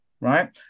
right